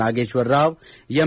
Nageshwar Rao M